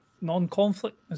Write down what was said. non-conflict